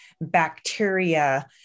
bacteria